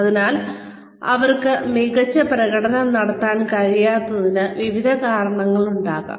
അതിനാൽ അവർക്ക് മികച്ച പ്രകടനം നടത്താൻ കഴിയാത്തതിന് വിവിധ കാരണങ്ങളുണ്ടാകാം